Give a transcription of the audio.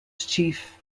chief